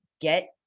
get